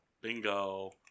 Bingo